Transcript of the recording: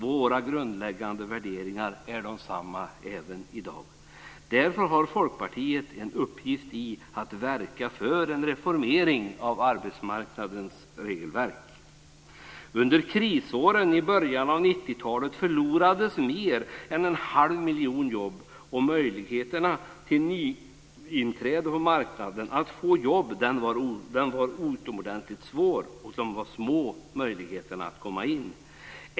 Våra grundläggande värderingar är desamma även i dag. Därför har Folkpartiet en uppgift i att verka för en reformering av arbetsmarknadens regelverk. Under krisåren i början av 90-talet förlorades mer än en halv miljon jobb, och möjligheterna för nytillträdande att få jobb var utomordentligt små.